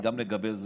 גם לגבי זה.